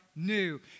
new